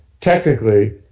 technically